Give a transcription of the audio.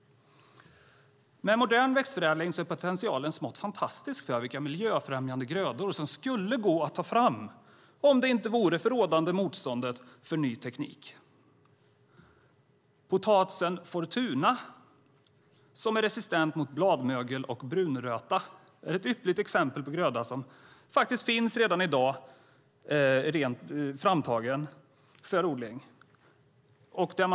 Med modern växtförädling är potentialen smått fantastisk för vilka miljöfrämjande grödor som skulle gå att ta fram, om det inte vore för det rådande motståndet mot ny teknik. Potatisen Fortuna, som är resistent mot bladmögel och brunröta, är ett ypperligt exempel på gröda som finns framtagen för odling redan i dag.